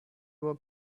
walk